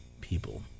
people